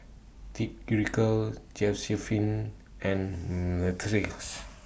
Tyrique Josiephine and Matthias